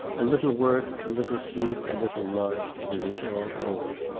a little work, a little sleep, a little love, and it is all over.